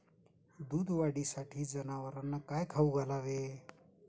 दूध वाढीसाठी जनावरांना काय खाऊ घालावे?